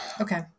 Okay